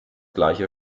gleiche